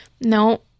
No